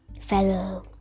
fellow